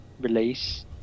release